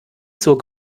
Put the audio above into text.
zur